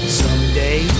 someday